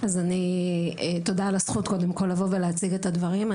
אז תודה על הזכות קודם כל לבוא ולהציג את הדברים.